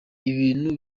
ibintu